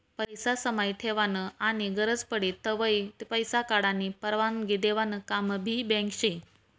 पैसा समाई ठेवानं आनी गरज पडी तव्हय पैसा काढानी परवानगी देवानं काम भी बँक शे